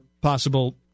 possible